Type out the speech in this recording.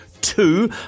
Two